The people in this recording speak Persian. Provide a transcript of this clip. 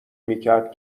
میکرد